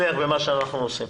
דבריי.